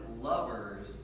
lovers